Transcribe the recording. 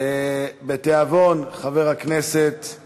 אבו עראר, אני מבקש שתיתן